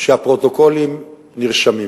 זה שהפרוטוקולים נרשמים.